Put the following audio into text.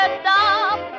stop